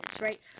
right